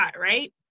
right